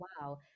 wow